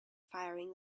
firing